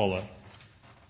det